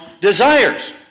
desires